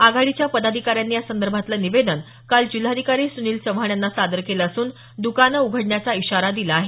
आघाडीच्या पदाधिकाऱ्यांनी यासंदर्भातलं निवेदन काल जिल्हाधिकारी सुनील चव्हाण यांना सादर केलं असून दुकानं उघडण्याचा इशारा दिला आहे